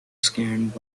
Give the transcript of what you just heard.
scanned